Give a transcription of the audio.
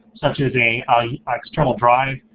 such as a ah yeah external drive,